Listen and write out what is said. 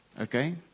Okay